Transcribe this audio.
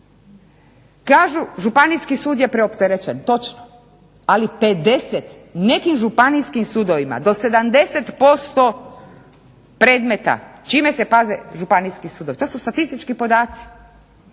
Kažu županijski sud je preopterećen, točno, ali 50, u nekim županijskim sudovima do 70% predmeta, čime se bave županijski sudovi, to su statistički podaci,